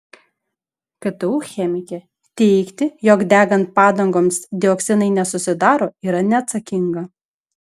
ktu chemikė teigti jog degant padangoms dioksinai nesusidaro yra neatsakinga